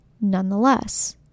nonetheless